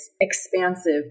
expansive